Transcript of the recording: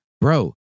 Bro